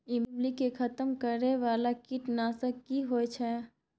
ईमली के खतम करैय बाला कीट नासक की होय छै?